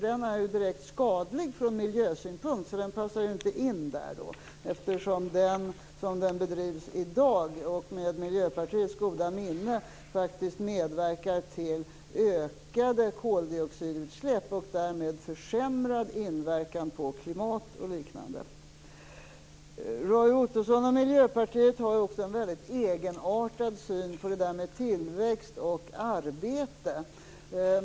Den är ju direkt skadlig från miljösynpunkt, så den passar inte in där. Som den bedrivs i dag, med Miljöpartiets goda minne, medverkar den faktiskt till ökade koldioxidutsläpp och därmed försämrad inverkan på klimat och liknande. Roy Ottosson och Miljöpartiet har också en väldigt egenartad syn på detta med tillväxt och arbete.